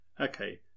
Okay